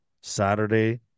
Saturday